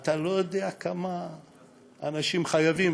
אתה לא יודע כמה אנשים חייבים.